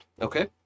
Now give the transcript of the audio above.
okay